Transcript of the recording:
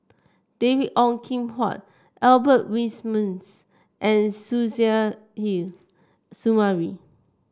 David Ong Kim Huat Albert Winsemius and Suzairhe Sumari